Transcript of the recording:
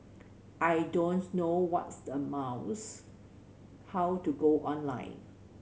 I don't know what's a mouse how to go online